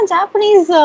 Japanese